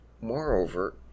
Moreover